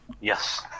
Yes